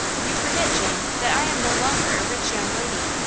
you forget, jane, that i am no longer a rich young lady.